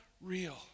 real